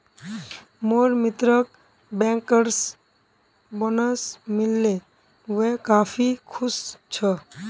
मोर मित्रक bankers bonus मिल ले वइ काफी खुश छ